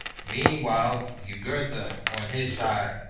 meanwhile, jugurtha, on his side,